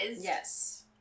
yes